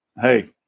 Hey